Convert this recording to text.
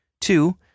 Two